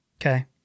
Okay